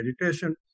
meditation